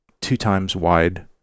two-times-wide